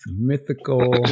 mythical